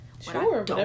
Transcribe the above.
Sure